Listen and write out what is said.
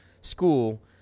school